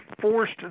forced